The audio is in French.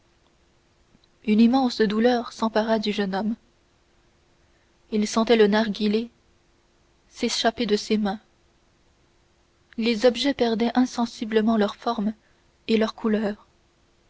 une immense douleur s'empara du jeune homme il sentait le narguilé s'échapper de ses mains les objets perdaient insensiblement leur forme et leur couleur